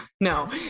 no